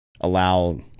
allow